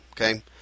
Okay